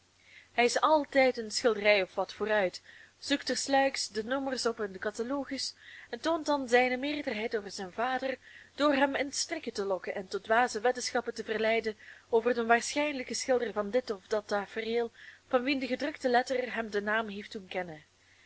hij is altijd een schilderij of wat vooruit zoekt ter sluiks de nommers op in den catalogus en toont dan zijne meerderheid over zijn vader door hem in strikken te lokken en tot dwaze weddenschappen te verleiden over den waarschijnlijken schilder van dit of dat tafereel van wien de gedrukte letter hem den naam heeft doen kennen